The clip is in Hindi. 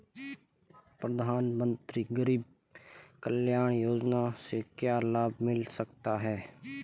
प्रधानमंत्री गरीब कल्याण योजना से क्या लाभ मिल सकता है?